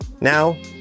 Now